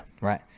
Right